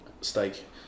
steak